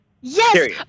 Yes